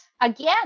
again